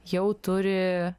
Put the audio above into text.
jau turi